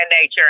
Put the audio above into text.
nature